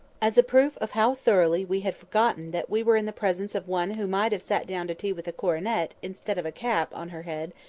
as a proof of how thoroughly we had forgotten that we were in the presence of one who might have sat down to tea with a coronet, instead of a cap, on her head,